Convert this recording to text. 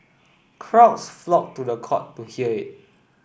crowds flocked to the court to hear it